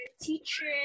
teacher